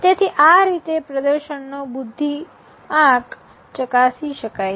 તેથી આ રીતે પ્રદર્શનનો બુદ્ધિઆંક ચકાસી શકાય છે